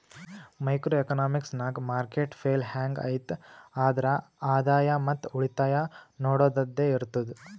micro economics ನಾಗ್ market fail ಹ್ಯಾಂಗ್ ಐಯ್ತ್ ಆದ್ರ ಆದಾಯ ಮತ್ ಉಳಿತಾಯ ನೊಡದ್ದದೆ ಇರ್ತುದ್